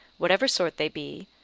whatever sort they be,